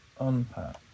Unpack